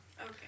Okay